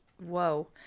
Whoa